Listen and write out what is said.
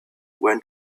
when